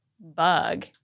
bug